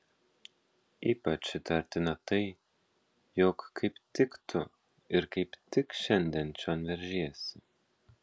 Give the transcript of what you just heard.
ypač įtartina tai jog kaip tik tu ir kaip tik šiandien čion veržiesi